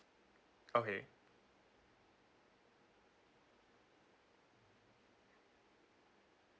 okay